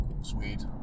Sweet